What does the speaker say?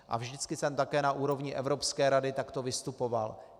A vždycky jsem také na úrovni Evropské rady takto vystupoval.